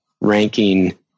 ranking